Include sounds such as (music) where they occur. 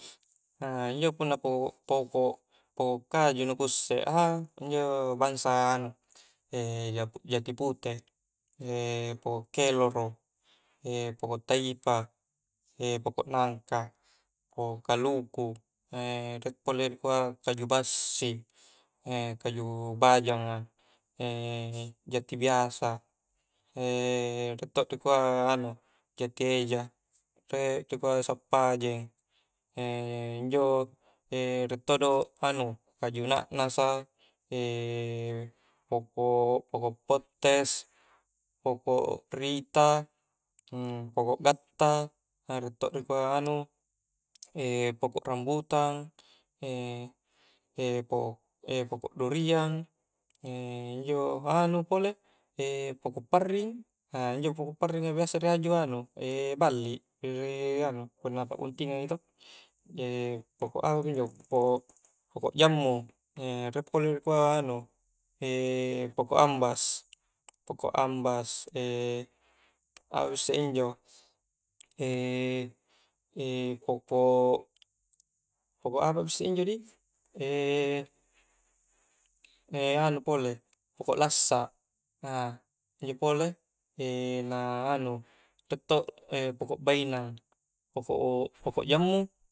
(hesitation) injo pokok-pokok kaju nukusse a, injo bangsa anu (hesitation) jati pute, (hesitation) pokok keloro (hesitation) pokok taipa pokok nangka pokok kaluku, riek pole rikua kaju bassi, (hesitation) kaju bajang a, (hesitation) jati biasa, (hesitation) riek todo rikua anu jati eja, riek rikua sappajeng, (hesitation) injo (hesitation) riek todo anu, kaju naknasa, (hesitation) pokok pettes, poko rita, (hesitation) pokok gatta, riek todo rikua anu, (hesitation) pokok rambutan, (hesitation) pokok durian, (hesitation) injo anu pole, (hesitation) pokok parring, (hesitation) injo pokok parring a biasa rihaju anu, rihaju balli, ri anu punna pakbuntingang i to, (hesitation) pokok apa pi injo (hesitation) pokok jammu, (hesitation) riek pole rikua anu (hesitation) pokok ambas pokok ambas (hesitation) apapi issek injo (hesitation) pokok apapi issek injo di, (hesitation) anu pole pokok lassa, (hesitation) injo pole (hesitation) na anu, riek todo (hesitation) poko bainang, pokok-pokok jammu